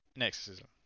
exorcism